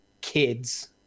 kids